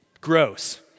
Gross